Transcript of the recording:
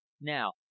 Now